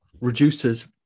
reduces